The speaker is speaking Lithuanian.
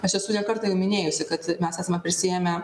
aš esu ne kartą minėjusi kad mes esame prisiėmę